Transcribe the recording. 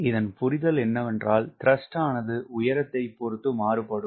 இதன் புரிதல் என்னவென்றால் த்ரஸ்ட் ஆனது உயரத்தை பொறுத்து மாறுபடும்